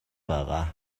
байгаа